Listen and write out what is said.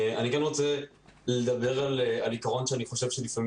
אני כן רוצה לדבר על עיקרון שאני חושב שלפעמים